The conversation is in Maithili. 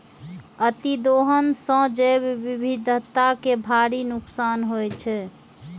अतिदोहन सं जैव विविधता कें भारी नुकसान होइ छै